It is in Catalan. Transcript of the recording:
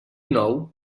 nou